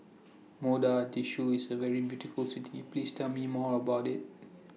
Mogadishu IS A very beautiful City Please Tell Me More about IT